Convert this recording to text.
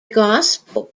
gospel